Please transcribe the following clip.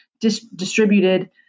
distributed